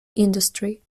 industry